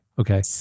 Okay